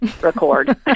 record